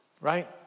Right